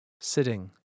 sitting